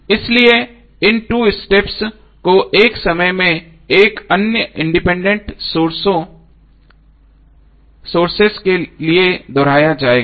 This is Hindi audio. इसलिए इन 2 स्टेप्स को एक समय में एक अन्य इंडिपेंडेंट सोर्सों के लिए दोहराया जाएगा